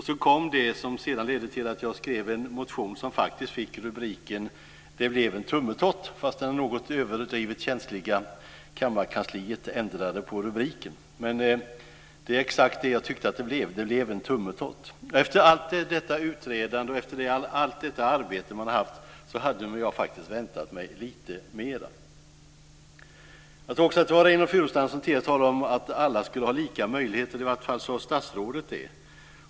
Så kom det som sedan ledde till att jag väckte en motion med rubriken "Det blev en tummetott" - fast det något överdrivet känsliga kammarkansliet ändrade på rubriken. Men jag tyckte exakt att det blev en tummetott. Efter allt detta utredande och allt detta arbete hade jag väntat mig lite mera. Jag tror att det var Reynoldh Furustrand som tidigare talade om att alla ska ha lika möjligheter - i varje fall sade statsrådet det.